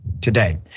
today